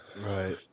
Right